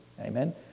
amen